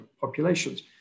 populations